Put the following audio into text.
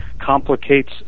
complicates